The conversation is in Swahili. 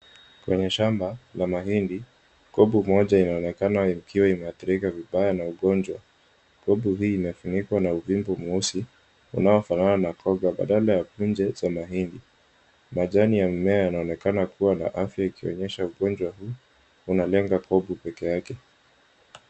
Kwenye shamba la mahindi cob moja inaonekana ikiwa imeathirika vibaya na ugonjwa. Cob hii imefunikwa na uvimbe mweusi unaofanana na koga badala ya punje cha mahindi. Majani ya mimea inaonekana kuwa na afya ikionyesha ugonjwa huu unalenga cob peke yake.